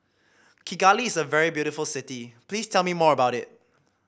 Kigali is a very beautiful city Please tell me more about it